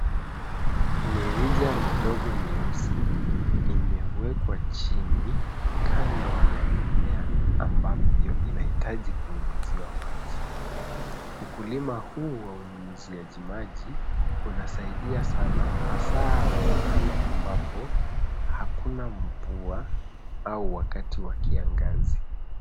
Mirija midogo nyeusi imewekwa chini kando ya mimea ambayo inahitaji kunyunyiziwa maji. Ukulima huu wa unyunyiziaji maji unasaidia sana hasa mahali ambapo hakuna mvua au wakati wa kiangazi.